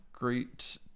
great